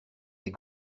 des